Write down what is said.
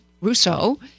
Russo